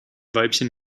weibchen